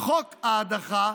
חוק ההדחה,